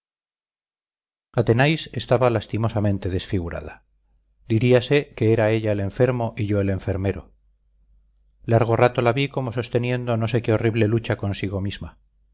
athenais estaba lastimosamente desfigurada diríase que era ella el enfermo y yo el enfermero largo rato la vi como sosteniendo no sé qué horrible lucha consigo misma